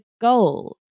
goal